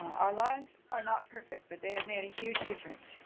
our lives are not perfect, but they have made a huge difference.